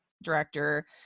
director